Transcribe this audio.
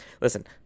Listen